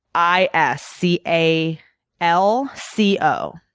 i s c a l c o.